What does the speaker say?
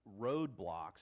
roadblocks